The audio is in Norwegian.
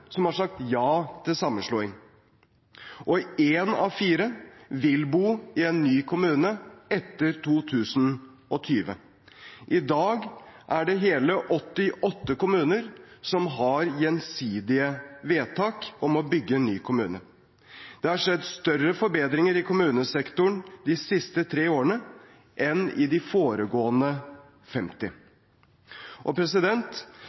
som har sagt ja til sammenslåing, og én av fire vil bo i en ny kommune etter 2020. I dag er det hele 88 kommuner som har gjensidige vedtak om å bygge ny kommune. Det har skjedd større forbedringer i kommunestrukturen de siste tre årene enn i de foregående